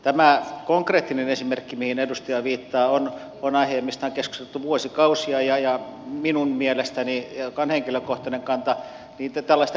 tämä konkreettinen esimerkki mihin edustaja viittaa on aihe mistä on keskusteltu vuosikausia ja minun mielestäni mikä on henkilökohtainen kanta tällaista kannattaisi yrittää